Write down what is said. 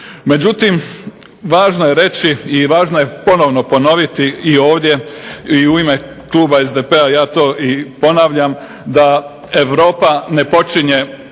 Međutim, važno je reći i važno je ponovno ponoviti i ovdje i u ime kluba SDP-a ja to i ponavljam, da Europa ne počinje